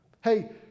Hey